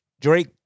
Drake